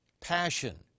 passion